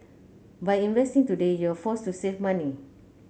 by investing today you're forced to save money